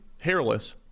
hairless